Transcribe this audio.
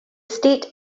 state